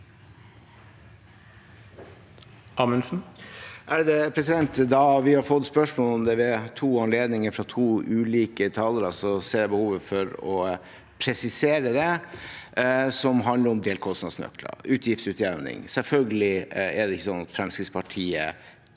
Da vi har fått spørsmål om det ved to anledninger fra to ulike talere, ser jeg behov for å presisere det som handler om delkostnadsnøkler og utgiftsutjevning. Selvfølgelig er det ikke sånn at Fremskrittspartiet